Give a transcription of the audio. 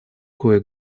кое